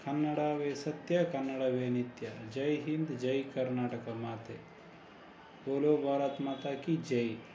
ಕನ್ನಡವೇ ಸತ್ಯ ಕನ್ನಡವೇ ನಿತ್ಯ ಜೈ ಹಿಂದ್ ಜೈ ಕರ್ನಾಟಕ ಮಾತೆ ಬೋಲೋ ಭಾರತ್ ಮಾತಾ ಕಿ ಜೈ